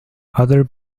other